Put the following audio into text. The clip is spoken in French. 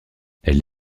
elle